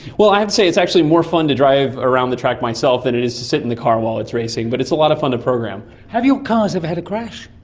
well, i'd say it's actually more fun to drive around the track myself that it is to sit in the car while it's racing, but it's a lot of fun to program. have your cars ever had a crash?